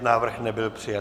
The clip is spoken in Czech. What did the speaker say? Návrh nebyl přijat.